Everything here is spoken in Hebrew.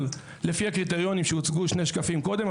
לפי הקריטריונים שהוצגו שני שקפים קודם,